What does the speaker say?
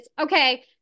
Okay